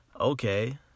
Okay